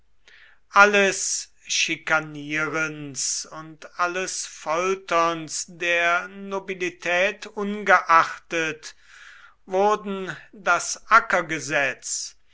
alles schikanierens und alles folterns der nobilität ungeachtet wurden das